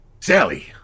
Sally